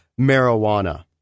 marijuana